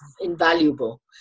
invaluable